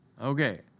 Okay